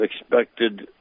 expected